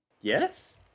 Yes